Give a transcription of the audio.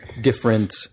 different